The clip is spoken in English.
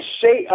say